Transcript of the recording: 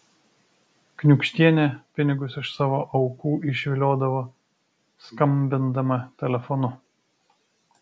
kniūkštienė pinigus iš savo aukų išviliodavo skambindama telefonu